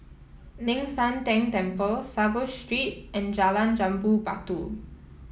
Ling San Teng Temple Sago Street and Jalan Jambu Batu